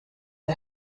der